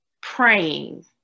praying